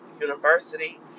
university